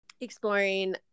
exploring